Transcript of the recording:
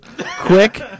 Quick